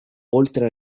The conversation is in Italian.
oltre